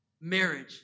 marriage